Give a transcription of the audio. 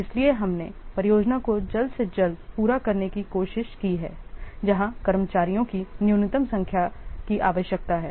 इसलिए हमने परियोजना को जल्द से जल्द पूरा करने की कोशिश की है जहां कर्मचारियों की न्यूनतम संख्या की आवश्यकता है